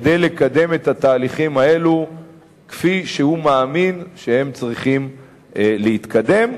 כדי לקדם את התהליכים האלה כפי שהוא מאמין שהם צריכים להתקדם,